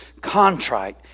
contrite